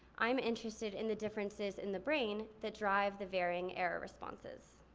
i'm interested in the differences in the brain that drive the varying error responses.